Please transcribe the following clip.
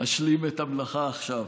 אשלים את המלאכה עכשיו.